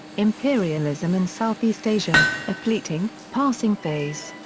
imperialism in southeast asia a fleeting, passing phase.